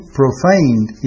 profaned